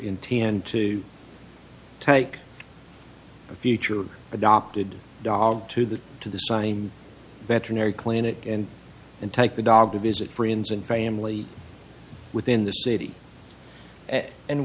in t n to take a future adopted dog to the to the same veterinary clinic and and take the dog to visit friends and family within the city and